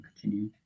continue